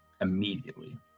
immediately